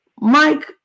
Mike